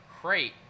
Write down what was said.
crate